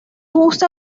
junta